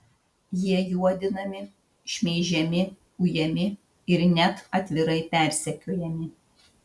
jie juodinami šmeižiami ujami ir net atvirai persekiojami